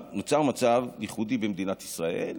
נוצר מצב ייחודי במדינת ישראל,